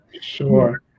sure